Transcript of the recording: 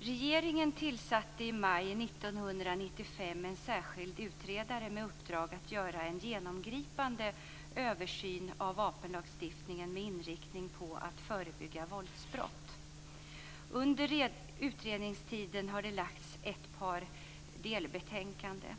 Regeringen tillsatte i maj 1995 en särskild utredare med uppdrag att göra en genomgripande översyn av vapenlagstiftningen med inriktning på att förebygga våldsbrott. Under utredningstiden har det lagts fram ett par delbetänkanden.